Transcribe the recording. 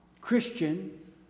Christian